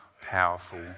powerful